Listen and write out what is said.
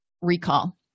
recall